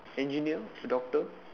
engineer doctor